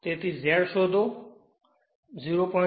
તેથી Z છે તેશોધી કાઢો 0